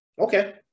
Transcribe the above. okay